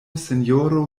sinjoro